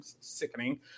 Sickening